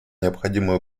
необходимую